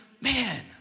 man